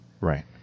Right